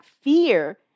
fear